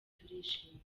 turishimye